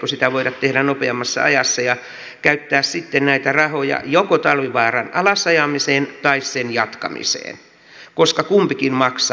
eikö sitä voida tehdä nopeammassa ajassa ja käyttää sitten näitä rahoja joko talvivaaran alasajamiseen tai sen jatkamiseen koska kumpikin maksaa